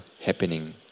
happening